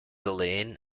elaine